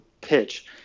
pitch